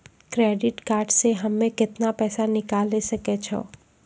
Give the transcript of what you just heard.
Credit card से हम्मे केतना पैसा निकाले सकै छौ?